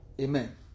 Amen